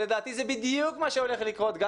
לדעתי זה בדיוק מה שהולך לקרות גם פה.